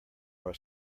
our